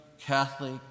Catholic